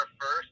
first